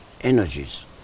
energies